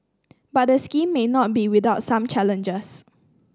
but the scheme may not be without some challenges